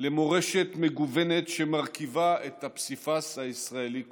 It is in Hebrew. למורשת מגוונת שמרכיבה את הפסיפס הישראלי כולו.